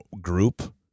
group